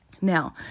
Now